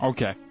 Okay